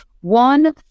One